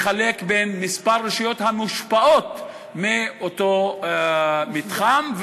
בין הרשויות המושפעות מאותו מתחם.